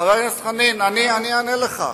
חבר הכנסת חנין, אני אענה לך.